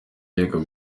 yego